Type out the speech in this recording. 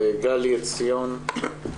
לרה צינמן.